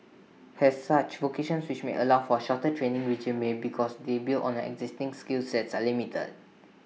has such vocations which may allow for A shorter training regime because they build on the existing skill sets are limited